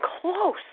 close